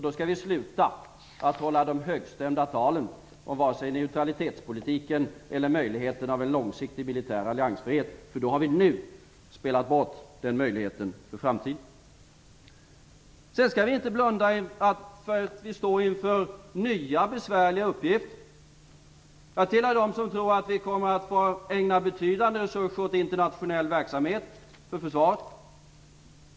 Då skall vi sluta att hålla högstämda tal om neutralitetspolitik eller möjligheten av en långsiktig militär alliansfrihet. Den möjligheten inför framtiden har vi då spelat bort. Vi skall inte blunda för att vi står inför nya besvärliga uppgifter. Jag tillhör dem som tror att vi kommer att få ägna betydande resurser åt internationell verksamhet, för försvaret.